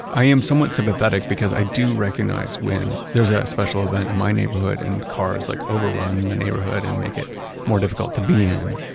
i am somewhat sympathetic because i do recognize when there's a special event in my neighborhood and cars like overrun the neighborhood and make it more difficult to be in.